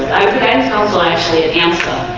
bet it's and also actually a hamsa